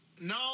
no